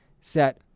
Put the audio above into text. set